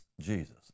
Jesus